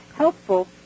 Helpful